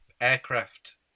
aircraft